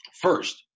first